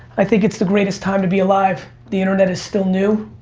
i think it's the greatest time to be alive, the internet is still new,